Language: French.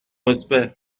respect